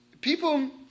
people